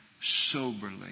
soberly